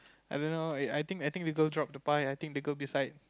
I don't know eh I think I think people drop the pie I think the girl beside